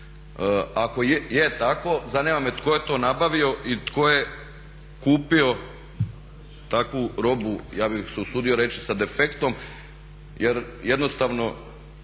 Ako je tako zanima me tko je to nabavio i tko je kupio takvu robu, ja bih se usudio reći sa defektom. Jer jednostavno